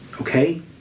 Okay